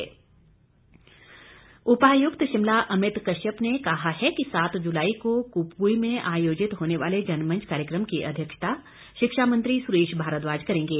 DC Shimla उपायुक्त शिमला अमित कश्यप ने कहा है कि सात जुलाई को कुपवी में आयोजित होने वाले जनमंच कार्यक्रम की अध्यक्षता शिक्षा मंत्री सुरेश भारद्वाज करेंगे